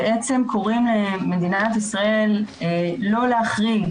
קורא למדינת ישראל לא להחריג